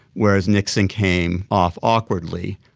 whereas nixon came off awkwardly.